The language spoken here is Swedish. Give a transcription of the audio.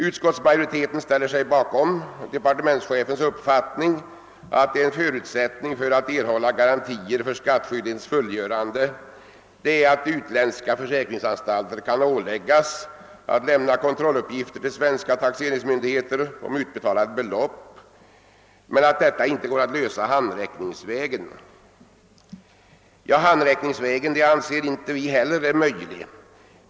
Utskottsmajoriteten har ställt sig bakom departementschefens uppfattning, att förutsättningen för att erhålla garantier för skattskyldighetens fullgörande är att utländska försäkringsanstalter kan åläggas att lämna kontrolluppgifter till svenska taxeringsmyndigheter om utbetalade belopp, men att detta inte går att lösa handräckningsvägen. Nej, den vägen anser inte vi heller vara möjlig.